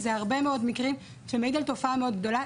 זה הרבה מאוד מקרים שמעיד על תופעה מאוד גדולה.